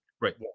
right